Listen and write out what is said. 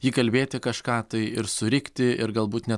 įkalbėti kažką tai ir surikti ir galbūt net